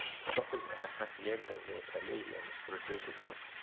stopping at a hacienda near pelileo for a drink of milk,